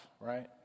right